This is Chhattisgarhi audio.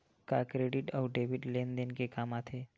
का क्रेडिट अउ डेबिट लेन देन के काम आथे?